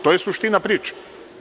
To je suština priče.